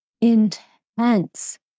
intense